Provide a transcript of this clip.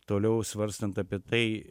toliau svarstant apie tai